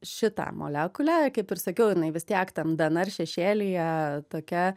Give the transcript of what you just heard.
šitą molekulę kaip ir sakiau jinai vis tiek tam dnr šešėlyje tokia